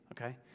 okay